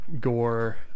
Gore